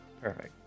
Perfect